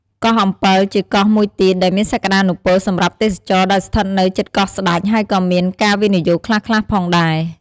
កោះអំពិល ជាកោះមួយទៀតដែលមានសក្ដានុពលសម្រាប់ទេសចរណ៍ ដែលស្ថិតនៅជិតកោះស្តេច ហើយក៏មានការវិនិយោគខ្លះៗផងដែរ។